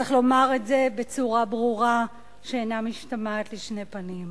צריך לומר את זה בצורה ברורה שאינה משתמעת לשני פנים.